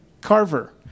Carver